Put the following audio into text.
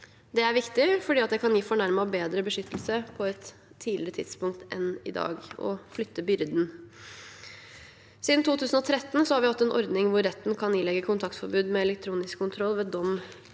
Det er viktig fordi det kan gi fornærmede bedre beskyttelse på et tidligere tidspunkt enn i dag, ved å flytte byrden. Siden 2013 har vi hatt en ordning hvor retten kan ilegge kontaktforbud med elektronisk kontroll ved dom